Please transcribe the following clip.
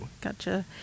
Gotcha